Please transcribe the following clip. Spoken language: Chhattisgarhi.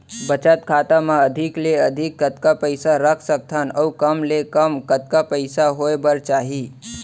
बचत खाता मा अधिक ले अधिक कतका पइसा रख सकथन अऊ कम ले कम कतका पइसा होय बर चाही?